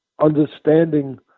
understanding